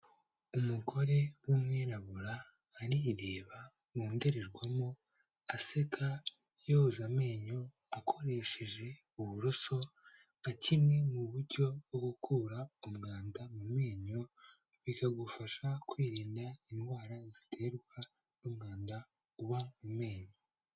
Umugore w'umwirabura arireba mu ndorerwamo aseka yoza amenyo akoresheje uburoso nka kimwe mu buryo bwo gukura umwanda mu menyo bikagufasha kwirinda indwara ziterwa n'umwanda uba mu menyo.